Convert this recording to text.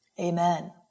Amen